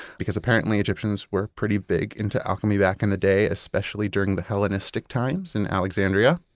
because apparently egyptians were pretty big into alchemy back in the day, especially during the hellenistic times in alexandria,